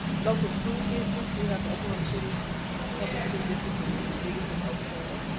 local school districts, we have the oklahoma city but public school district which is the biggest in oklahoma.